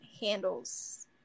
handles